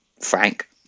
frank